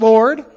Lord